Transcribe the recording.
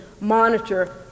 monitor